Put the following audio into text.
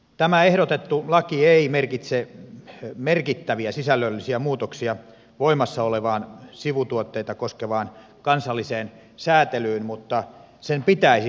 tämä ehdotettu laki ei merkitse merkittäviä sisällöllisiä muutoksia voimassa olevaan sivutuotteita koskevaan kansalliseen säätelyyn mutta sen pitäisi sisältää niitä